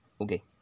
Okay